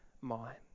mind